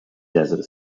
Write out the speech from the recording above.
desert